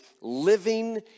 living